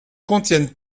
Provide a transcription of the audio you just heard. contiennent